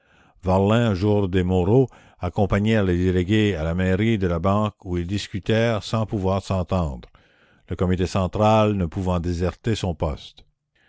varlin jourde et moreau accompagnèrent les délégués à la mairie de la banque où ils discutèrent sans pouvoir s'entendre le comité central ne pouvant déserter son poste